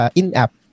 in-app